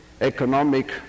economic